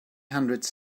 hundred